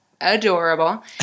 adorable